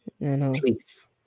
Please